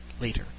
later